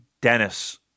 Dennis